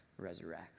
resurrects